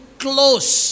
close